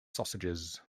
sausages